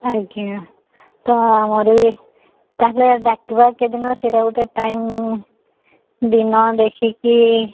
ଆଜ୍ଞା ତ ଆମର ବି ତା'ହେଲେ ଡାକିବା କେତେଦିନ ସେଇଟା ଗୋଟେ ଟାଇମ୍ ଦିନ ଦେଖିକି